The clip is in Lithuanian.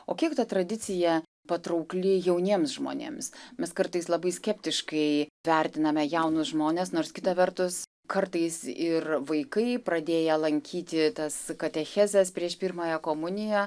o kiek ta tradicija patraukli jauniems žmonėms mes kartais labai skeptiškai vertiname jaunus žmones nors kita vertus kartais ir vaikai pradėję lankyti tas katechezes prieš pirmąją komuniją